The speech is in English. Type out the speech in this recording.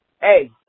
Hey